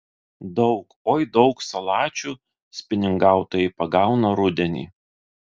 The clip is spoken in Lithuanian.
daug oi daug salačių spiningautojai pagauna rudenį